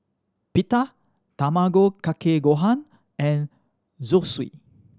Pita Tamago Kake Gohan and Zosui